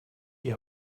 die